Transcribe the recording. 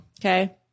Okay